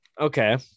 Okay